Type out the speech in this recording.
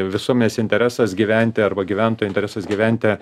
visuomenės interesas gyventi arba gyventojų interesas gyventi